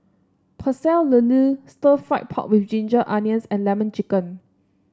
Pecel Lele stir fry pork with Ginger Onions and lemon chicken